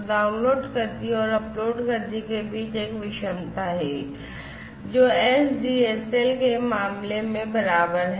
download गति और upload गति के बीच एक विषमता है जो SDSL के मामले में बराबर है